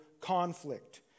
conflict